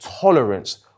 tolerance